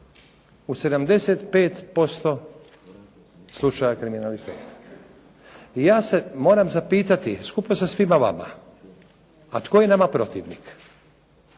U 75% slučajeva kriminaliteta. I ja se moram zapitati skupa sa svima nama, a tko je nama protivnik?